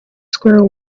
squirrel